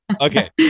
Okay